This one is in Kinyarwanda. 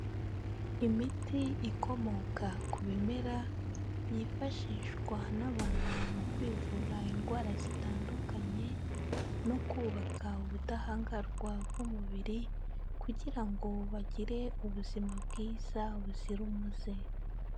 Imiti ikomoka ku bimera yifashishwa n'abantu mu kwivura indwara zitandukanye, no kubaka ubudahangarwa bw'umubiri kugira ngo bagire ubuzima bwiza buzira umuze.